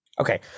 Okay